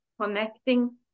connecting